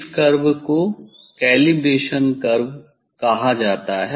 इस कर्व को calibration curve कहा जाता है